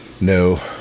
No